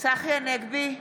צחי הנגבי,